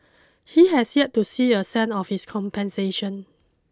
he has yet to see a cent of this compensation